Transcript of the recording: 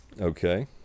Okay